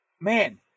man